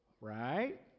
Right